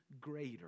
greater